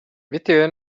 bitewe